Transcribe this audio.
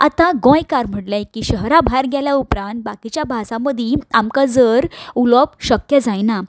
आतां गोंयकार म्हणलें की शहरा भायर गेले उपरांत बाकीच्या भासा मदीं आमकां जर उलोवप शक्य जायना